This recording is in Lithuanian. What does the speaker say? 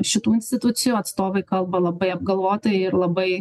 šitų institucijų atstovai kalba labai apgalvotai ir labai